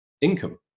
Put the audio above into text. income